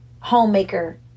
homemaker